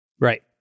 Right